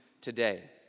today